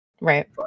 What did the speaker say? Right